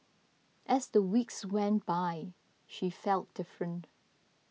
as the weeks went by she felt different